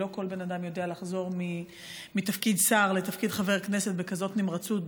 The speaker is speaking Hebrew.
שלא כל בן אדם יודע לחזור מתפקיד שר לתפקיד חבר כנסת בכזאת נמרצות,